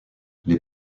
les